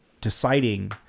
deciding